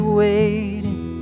waiting